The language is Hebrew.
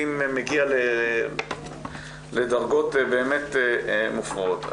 שלעתים מגיע לדרגות באמת מופרעות.